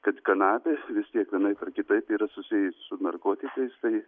kad kanapės vis tiek vienaip ar kitaip yra susiję su narkotikais tai